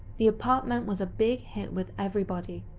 the apartment was a big hit with everybody,